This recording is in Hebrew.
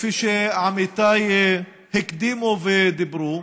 כפי שעמיתיי הקדימו ודיברו,